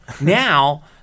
now